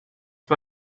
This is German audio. für